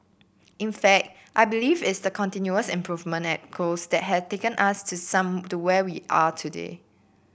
in fact I believe it's the continuous improvement ethos that has taken us to some to where we are today